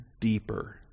deeper